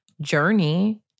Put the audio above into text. journey